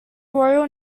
royal